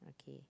okay